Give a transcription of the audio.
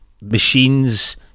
Machines